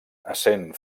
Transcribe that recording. essent